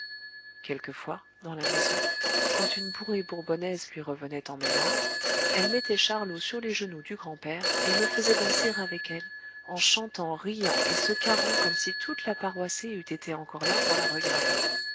quelquefois dans la maison quand une bourrée bourbonnaise lui revenait en mémoire elle mettait charlot sur les genoux du grand-père et me faisait danser avec elle en chantant riant et se carrant comme si toute la paroissée eût été encore là pour la regarder